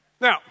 Now